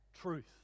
truth